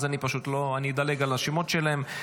אז אני אדלג על השמות שלהם.